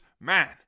man